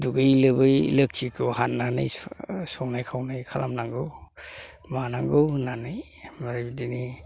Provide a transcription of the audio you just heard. दुगैयै लोबै लोखिखौ हान्नानै संनाय खावनाय खालामनांगौ मानांगौ होन्नानै ओमफ्राय बिदिनो